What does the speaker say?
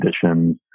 conditions